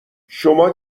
شما